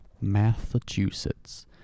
Massachusetts